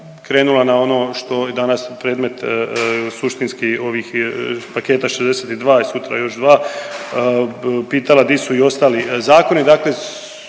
krenula na ono što je danas predmet suštinski ovih paketa 62 i sutra još 2, pitala di su i ostali zakoni.